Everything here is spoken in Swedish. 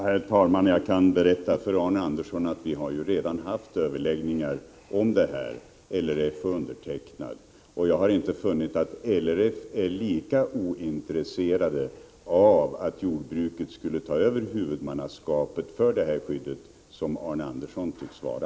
Herr talman! Jag kan berätta för Arne Andersson i Ljung att LRF och jag redan haft överläggningar om detta, och jag har inte funnit att man på LRF är lika ointresserad av att jordbruket skall ta över huvudmannaskapet för skördeskadeskyddet som Arne Andersson tycks vara.